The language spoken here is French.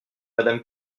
madame